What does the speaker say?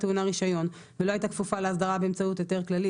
טעונה רישיון ולא הייתה כפופה לאסדרה באמצעות היתר כללי,